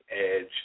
edge